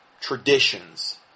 traditions